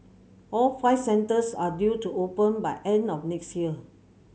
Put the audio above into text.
all five centres are due to open by end of next year